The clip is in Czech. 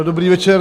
Dobrý večer.